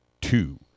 two